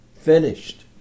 Finished